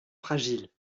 fragiles